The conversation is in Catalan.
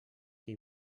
que